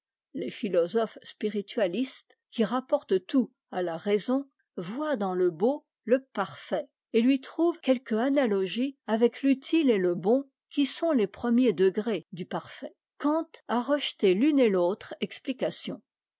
les philosophes spiritualistes qui rapportent tout à la raison voient dans le beau le parfait et lui trouvent quelque analogie avec l'utile et le bon qui sont les premiers degrés du parfait kant a rejeté l'une et l'autre explication